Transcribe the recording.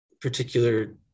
particular